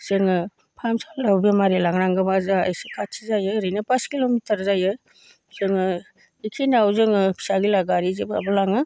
जोङो फाहामसालियाव बेमारि लांनांगोब्ला जाहा इसे खाथि जायो ओरैनो पास किल'मिटार जायो जोङो इखिनियाव जोङो फिसा फिला गारि जिबाबो लाङो